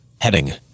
heading